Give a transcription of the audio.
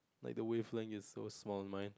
like the wavelength is so small on mine